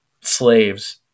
slaves